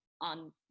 on-